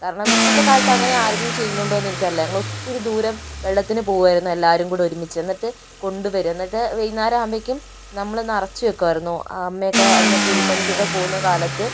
കാരണം ഇപ്പത്തെ കാലത്ത് അങ്ങനെ ആരേലും ചെയ്യുന്നുണ്ടോന്നെനിക്കറിയില്ല ഞങ്ങളൊത്തിരി ദൂരം വെള്ളത്തിന് പോകുമായിരുന്നു എല്ലാവരും കൂടൊരുമിച്ച് എന്നിട്ട് കൊണ്ട് വരും എന്നിട്ട് വൈകുന്നേരമാകുമ്പത്തേക്കും നമ്മള് നിറച്ച് വയ്ക്കുമായിരുന്നു അമ്മയൊക്കെ അന്ന് കൂലിപ്പണിക്കൊക്കെ പോവുന്ന കാലത്ത്